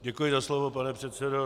Děkuji za slovo, pane předsedo.